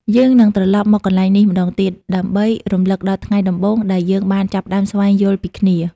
យើងនឹងត្រលប់មកកន្លែងនេះម្តងទៀត ដើម្បីរំលឹកដល់ថ្ងៃដំបូងដែលយើងបានចាប់ផ្តើមស្វែងយល់ពីគ្នា។